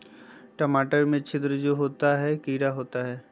टमाटर में छिद्र जो होता है किडा होता है?